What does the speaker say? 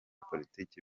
politike